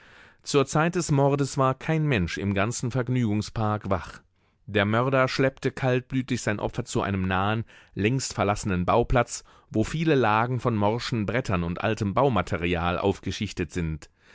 zur zeit des mordes war kein mensch im ganzen vergnügungspark wach der mörder schleppte kaltblütig sein opfer zu einem nahen längst verlassenen bauplatz wo viele lagen von morschen brettern und altem baumaterial aufgeschichtet sind